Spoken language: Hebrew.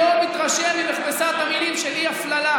אני לא מתרשם ממכבסת המילים של אי-הפללה.